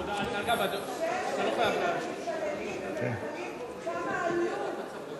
כבר שש שנים אתם מתפללים